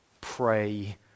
pray